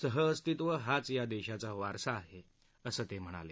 सहअस्तित्व हाच या देशाचा वारसा आहे असं ते म्हणाले